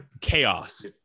chaos